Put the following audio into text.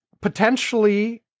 potentially